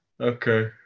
Okay